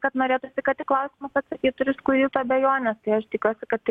kad norėtųsi kad į klausimus atsakytų ir išsklaidytų abejones tai aš tikiuosi kad